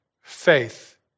faith